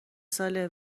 ساله